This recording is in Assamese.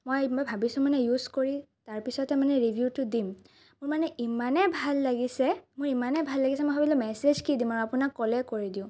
মই ভাবিছোঁ মানে ইউজ কৰি তাৰ পিছতে মানে ৰিভিউটো দিম মোৰ মানে ইমানে ভাল লাগিছে মোৰ ইমানে ভাল লাগিছে মই ভাবিলো মেছেজ কি দিম আৰু আপোনাক কলেই কৰি দিওঁ